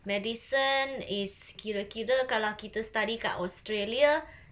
medicine is kira kira kalau kita study dekat australia